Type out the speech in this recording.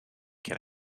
can